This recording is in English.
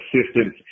assistance